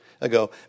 ago